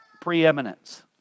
preeminence